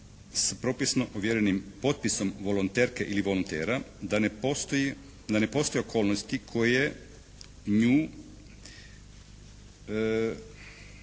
s propisano ovjerenim potpisom volonterke ili volontera da ne postoje okolnosti koje nju